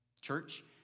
Church